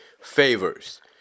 favors